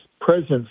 presence